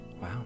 Wow